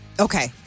Okay